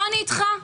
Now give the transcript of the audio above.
פה אני אתך.